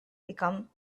become